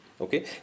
Okay